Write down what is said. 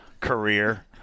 career